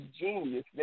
genius